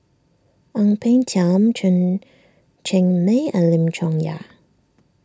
Ang Peng Tiam Chen Cheng Mei and Lim Chong Yah